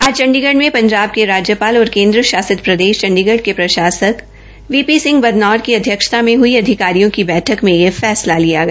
आज चंडीगढ़ में पंजाब के राज्यपाल और केन्द्र शासित प्रदेश के प्रशासक वी पी सिंह बदनौर की अध्यक्षता में हई अधिकारियों की बठक मे यह फ्र्मला लिया गया